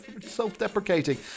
self-deprecating